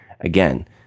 Again